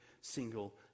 single